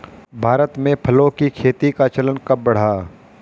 भारत में फलों की खेती का चलन कब बढ़ा?